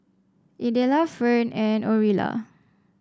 Idella Ferne and Orilla